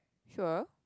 sure